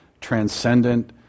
transcendent